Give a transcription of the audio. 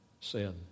sin